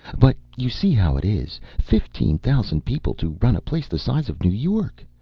but you see how it is. fifteen thousand people to run a place the size of new york!